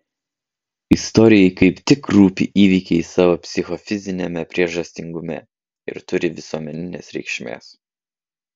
istorijai kaip tik rūpi įvykiai savo psichofiziniame priežastingume ir turį visuomeninės reikšmės